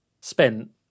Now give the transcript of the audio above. spent